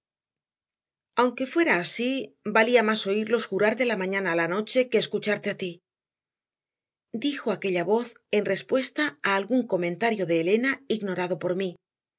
aunque fuera así valía más oírlos jurar de la mañana a la noche que escucharte a ti dijo aquella voz en respuesta a algún comentario de elena ignorado por mí